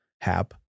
Hap